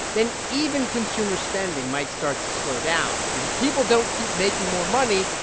then even consumer spending might start to slow down because if people don't keep making more money,